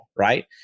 right